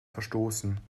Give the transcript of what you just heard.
verstoßen